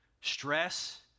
stress